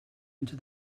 into